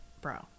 bro